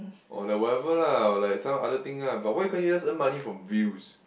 or like whatever lah or like some other thing ah but why you can't just earn money from views